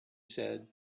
said